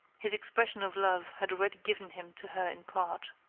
his expression of love had already given him to her in part.